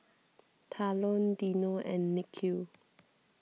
Talon Dino and Nikhil